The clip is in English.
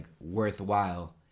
worthwhile